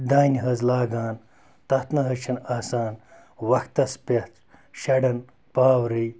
دانہِ حظ لاگان تَتھ نہ حظ چھِنہٕ آسان وقتَس پٮ۪ٹھ شَڈَن پاورٕے